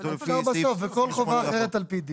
כתוב לפי סעיף 28. אפשר בסוף "וכל חובה אחרת על פי דין".